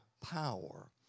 power